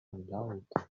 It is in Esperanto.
mallaŭte